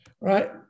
right